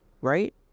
Right